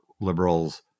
liberals